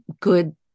good